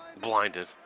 Blinded